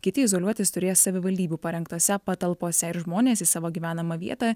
kiti izoliuotis turės savivaldybių parengtose patalpose ir žmonės į savo gyvenamą vietą